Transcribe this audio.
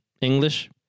English